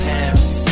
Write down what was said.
Paris